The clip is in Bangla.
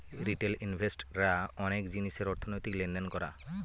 রিটেল ইনভেস্ট রা অনেক জিনিসের অর্থনৈতিক লেনদেন করা